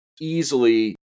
easily